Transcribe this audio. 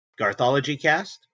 garthologycast